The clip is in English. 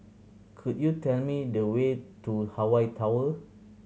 could you tell me the way to Hawaii Tower